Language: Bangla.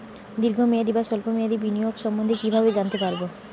দীর্ঘ মেয়াদি বা স্বল্প মেয়াদি বিনিয়োগ সম্বন্ধে কীভাবে জানতে পারবো?